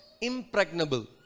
impregnable